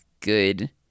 good